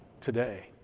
today